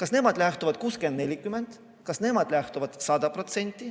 Kas nemad lähtuvad 60 : 40, kas nemad lähtuvad 100%,